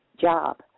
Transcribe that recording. job